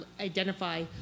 identify